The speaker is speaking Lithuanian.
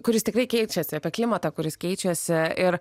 kuris tikrai keičiasi apie klimatą kuris keičiasi ir